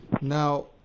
Now